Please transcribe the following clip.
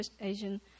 Asian